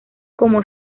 como